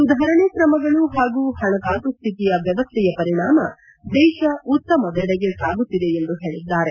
ಸುಧಾರಣೆ ಕ್ರಮಗಳು ಹಾಗೂ ಹಣಕಾಸು ಸ್ವಿತಿಯ ವ್ಚವಸ್ವೆಯ ಪರಿಣಾಮ ದೇಶ ಉತ್ತಮದೆಡಗೆ ಸಾಗುತ್ತಿದೆ ಎಂದು ಹೇಳದ್ದಾರೆ